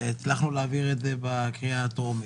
כאשר הצלחנו להעביר את זה בקריאה הטרומית.